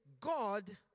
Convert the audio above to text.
God